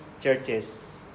churches